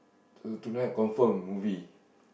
so tonight confirm movie